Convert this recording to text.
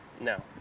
No